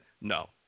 no